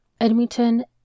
Edmonton